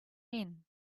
mean